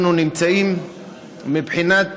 אנחנו נמצאים מבחינת